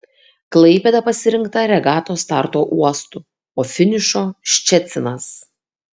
klaipėda pasirinkta regatos starto uostu o finišo ščecinas